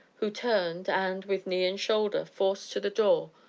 who turned, and, with knee and shoulder, forced to the door,